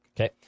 Okay